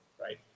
right